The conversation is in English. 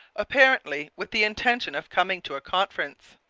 apparently with the intention of coming to a conference.